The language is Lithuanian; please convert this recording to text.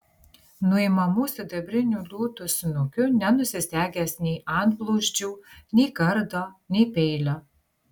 nuimamų sidabrinių liūtų snukių nenusisegęs nei antblauzdžių nei kardo nei peilio